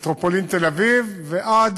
מטרופולין תל-אביב זה גם עד